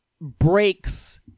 breaks